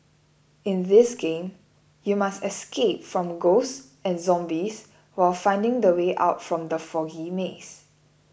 in this game you must escape from ghosts and zombies while finding the way out from the foggy maze